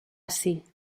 ací